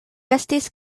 estas